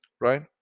right